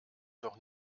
doch